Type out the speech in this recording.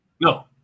No